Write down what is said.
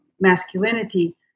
masculinity